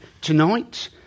tonight